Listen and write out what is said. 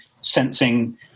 sensing